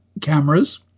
cameras